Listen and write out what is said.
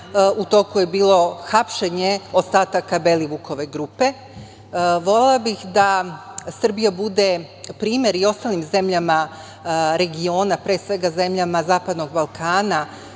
u toku je bilo hapšenje ostataka Belivukove grupe. Volela bih da Srbija bude primer i ostalim zemljama regiona, pre svega zemljama zapadnog Balkana